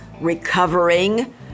recovering